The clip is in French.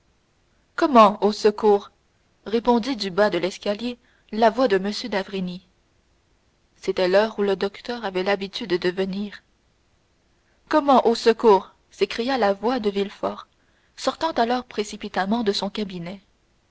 comment au secours répondit du bas de l'escalier la voix de m d'avrigny c'était l'heure où le docteur avait l'habitude de venir comment au secours s'écria la voix de villefort sortant alors précipitamment de son cabinet